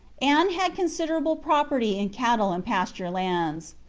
anne had con siderable property in cattle and pasture lands.